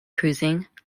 cruising